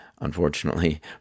unfortunately